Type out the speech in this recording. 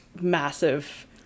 massive